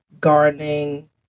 gardening